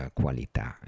qualità